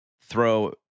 throw –